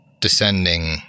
descending